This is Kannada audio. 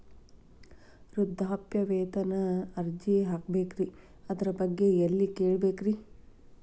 ವೃದ್ಧಾಪ್ಯವೇತನ ಅರ್ಜಿ ಹಾಕಬೇಕ್ರಿ ಅದರ ಬಗ್ಗೆ ಎಲ್ಲಿ ಕೇಳಬೇಕ್ರಿ?